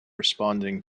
responding